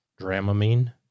Dramamine